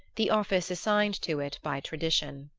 the office assigned to it by tradition.